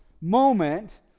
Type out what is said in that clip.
moment